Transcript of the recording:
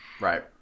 Right